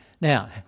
Now